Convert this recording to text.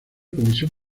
comisión